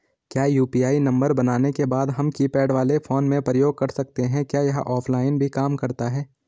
क्या UPI number बनाने के बाद हम कीपैड वाले फोन में प्रयोग कर सकते हैं क्या यह ऑफ़लाइन भी काम करता है?